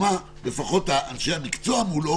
לפחות לאנשי המקצוע מולו